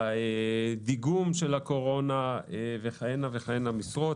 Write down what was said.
דיגום של הקורונה וכהנה וכהנה משרות.